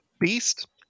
Beast